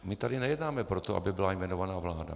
My tady nejednáme proto, aby byla jmenována vláda.